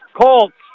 Colts